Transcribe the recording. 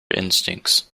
instincts